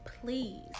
please